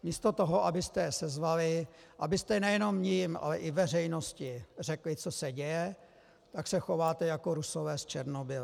Místo toho, abyste je sezvali, abyste nejenom jim, ale i veřejnosti řekli, co se děje, tak se chováte jako Rusové s Černobylem.